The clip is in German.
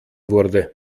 wurde